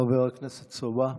חבר הכנסת סובה.